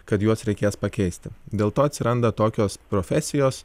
kad juos reikės pakeisti dėl to atsiranda tokios profesijos